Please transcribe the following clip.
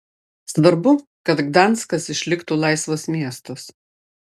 svarbu kad gdanskas išliktų laisvas miestas